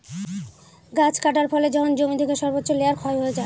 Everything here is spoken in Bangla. গাছ কাটার ফলে যখন জমি থেকে সর্বোচ্চ লেয়ার ক্ষয় হয়ে যায়